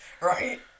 Right